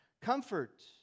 Comfort